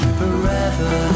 forever